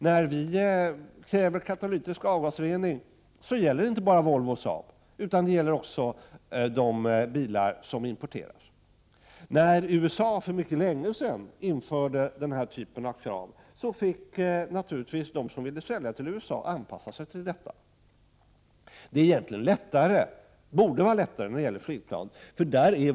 När vi kräver katalytisk avgasrening, så gäller det inte bara Volvo och SAAB utan också de bilar som vi importerar. När USA för mycket länge sedan införde denna typ av krav fick naturligtvis de länder som ville sälja till USA anpassa sig till dessa. Det borde egentligen vara lättare i fråga om flygplan.